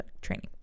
training